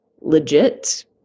legit